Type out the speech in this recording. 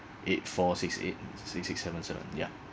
eight four six eight six six seven seven ya